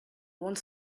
one